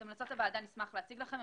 את המלצות הוועדה נשמח להציג לכם,